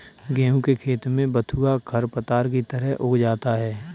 गेहूँ के खेत में बथुआ खरपतवार की तरह उग आता है